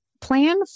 plan